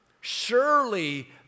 Surely